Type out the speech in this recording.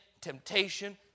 temptation